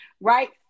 right